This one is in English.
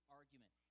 argument